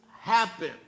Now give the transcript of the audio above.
happen